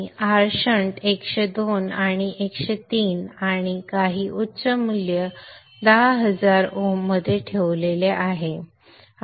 मी Rshunt 102 आणि 103 आणि काही उच्च मूल्य 10000 ohms मध्ये ठेवले आहे